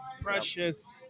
Precious